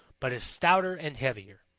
but is stouter and heavier.